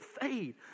fade